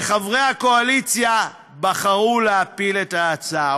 וחברי הקואליציה בחרו להפיל את ההצעה.